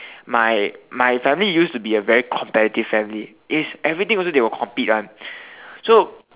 my my family used to be a very competitive family it's everything also they will compete one so